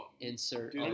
insert